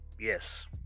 Yes